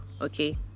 okay